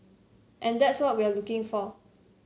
and that's what we are looking for